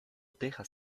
tejas